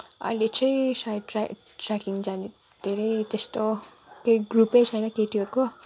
अहिले चाहिँ सायद ट्रेक ट्रेकिङ जाने धेरै त्यस्तो केही ग्रुपै छैन केटीहरूको